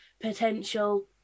potential